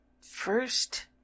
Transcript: first